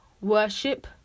worship